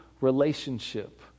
relationship